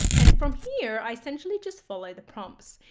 and from here i essentially just follow the prompts.